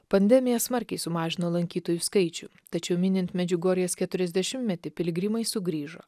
pandemija smarkiai sumažino lankytojų skaičių tačiau minint medžiugorjės keturiasdešimtmetį piligrimai sugrįžo